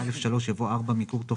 אחרי "חברה" יבוא "בעל עסק או עצמאי".